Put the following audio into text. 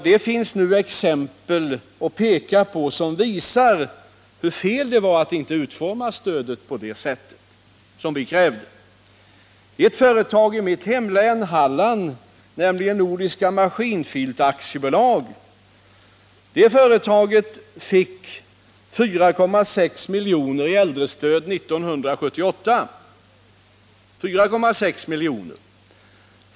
Det finns nu exempel att peka på som visar hur felaktigt det var att inte utforma stödet på det sätt som vi krävde. Ett företag i mitt hemlän Halland, Nordiska Maskinfilt AB, fick 4,6 milj.kr. i äldrestöd 1978.